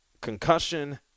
Concussion